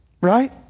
right